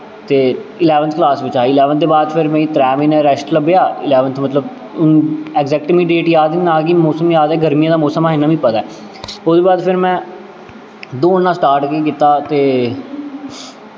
ते eleventh class बिच्च हा ते इलैवन्थ बाद फिर में त्रै म्हीने रैस्ट लब्भेआ इलैवन्थ मतलब हून अग़ज़ैक्ट मीं डेट याद निं ऐ मोसम याद ऐ गर्मियें दा मोसम हा इन्ना मिगी पता ऐ ओह्दे बाद फिर में दौड़ना स्टार्ट कि'यां कीता ते